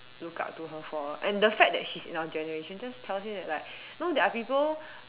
look up to her for and the fact that she's in our generation just tells you that like know there are people